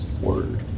word